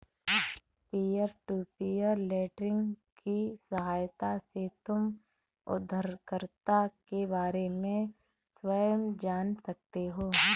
peer to peer lending की सहायता से तुम उधारकर्ता के बारे में स्वयं जान सकते हो